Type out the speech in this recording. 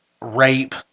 rape